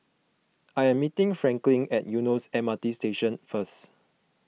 I am meeting Franklin at Eunos M R T Station first